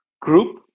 group